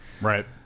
Right